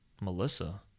Melissa